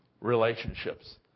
relationships